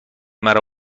مرا